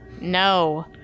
No